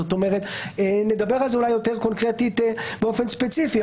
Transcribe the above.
זאת אומרת, נדבר אז יותר קונקרטית באופן ספציפי.